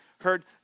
heard